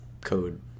code